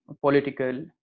political